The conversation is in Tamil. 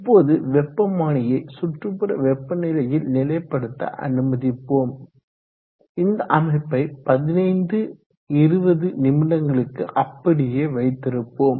இப்போது வெப்பமானியை சுற்றுப்புற வெப்பநிலையில் நிலைப்படுத்த அனுமதிப்போம் இந்த அமைப்பை 1520 நிமிடங்களுக்கு அப்படியே வைத்திருப்போம்